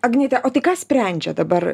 agniete o tai ką sprendžia dabar